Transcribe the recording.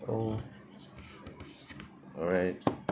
oh alright